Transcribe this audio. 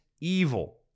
evil